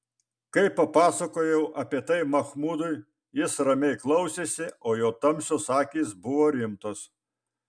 kai papasakojau apie tai machmudui jis ramiai klausėsi o jo tamsios akys buvo rimtos